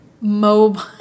mobile